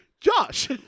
Josh